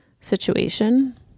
situation